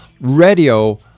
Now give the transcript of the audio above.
Radio